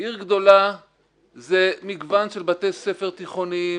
עיר גדולה זה מגוון של בתי ספר תיכוניים,